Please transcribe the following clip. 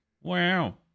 Wow